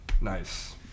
Nice